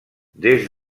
des